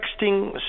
texting